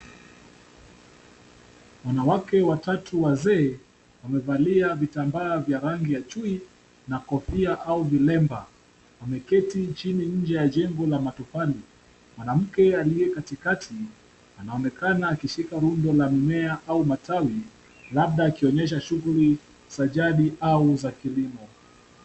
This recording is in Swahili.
Wanawake watatu wazee wamevalia vitambaa vya rangi ya chui na kofia au vilemba, wameketi chini nje ya jengo la matofali. Mwanamke aliye katikati anaonekana akishika rundo la mimea au matawi labda akionyesha shughuli za jadi au za kilimo.